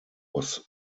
was